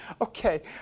Okay